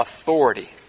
authority